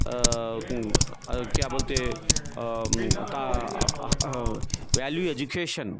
کیا بولتے تا ویلیو ایجوکیشن